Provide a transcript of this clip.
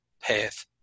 path